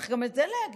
גם את זה צריך להגיד,